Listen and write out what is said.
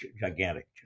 gigantic